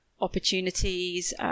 opportunities